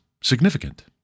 significant